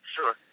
sure